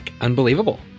Unbelievable